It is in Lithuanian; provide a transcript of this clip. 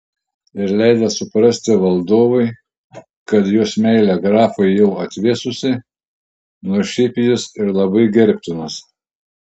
ir leido suprasti valdovui kad jos meilė grafui jau atvėsusi nors šiaip jis ir labai gerbtinas